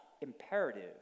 imperative